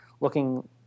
looking